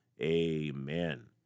amen